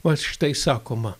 vat štai sakoma